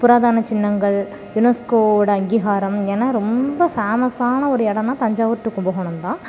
புராதான சின்னங்கள் யுனெஸ்கோவோடய அங்கீகாரம் ஏன்னா ரொம்ப ஃபேமஸான ஒரு இடன்னா தஞ்சாவூர் டூ கும்பகோணம் தான்